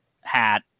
hat